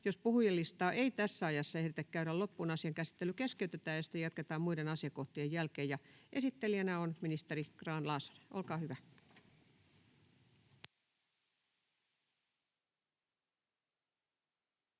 Jos puhujalistaa ei tässä ajassa ehditä käydä loppuun, asian käsittely keskeytetään ja sitä jatketaan muiden asiakohtien jälkeen. — Esittelijänä on ministeri Grahn-Laasonen. Olkaa hyvä.